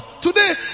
Today